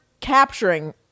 capturing